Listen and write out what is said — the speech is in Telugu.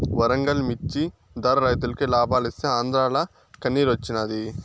వరంగల్ మిచ్చి ధర రైతులకి లాబాలిస్తీ ఆంద్రాల కన్నిరోచ్చినాది